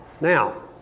now